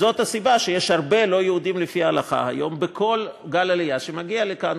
זאת הסיבה שיש הרבה לא-יהודים לפי ההלכה היום בכל גל עלייה שמגיע לכאן,